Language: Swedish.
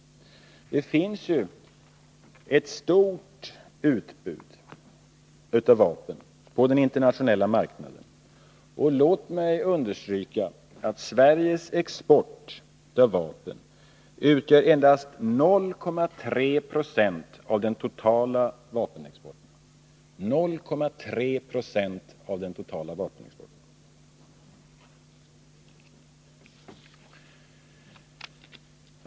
Det finns ju ett stort utbud av vapen på den internationella marknaden. Låt mig understryka att Sveriges export av vapen endast utgör 0,3 26 av den totala vapenexporten.